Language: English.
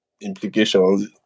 implications